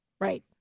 right